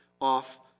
off